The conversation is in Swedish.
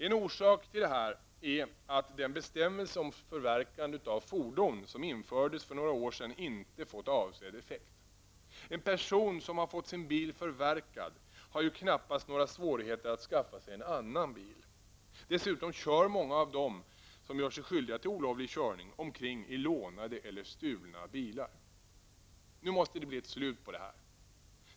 En orsak till detta är att den bestämmelse om förverkande av fordon som infördes för några år sedan inte har fått avsedd effekt. En person som har fått sin bil förverkad har ju knappast några svårigheter att skaffa sig en annan bil. Dessutom kör många av dem som gör sig skyldiga till olovlig körning omkring i lånade eller stulna bilar. Nu måste det bli ett slut på det här.